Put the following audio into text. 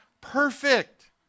perfect